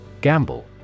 Gamble